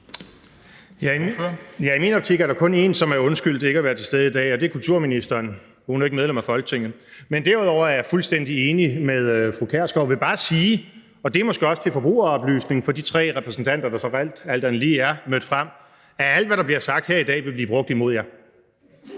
Ja, i min optik er der kun en, som er undskyldt for ikke at være til stede i dag, og det er kulturministeren – hun er ikke medlem af Folketinget. Men derudover er jeg fuldstændig enig med fru Pia Kjærsgaard. Jeg vil bare sige, og det er måske også til forbrugeroplysning for de tre repræsentanter, der så trods alt er mødt frem, at alt, hvad der bliver sagt her i dag, vil blive brugt imod dem.